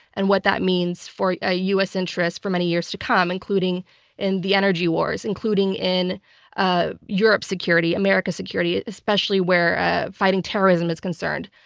and what that means for ah u. s. interests for many years to come, including in the energy wars, including in ah europe's europe's security, america's security, especially where fighting terrorism is concerned.